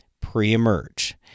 pre-emerge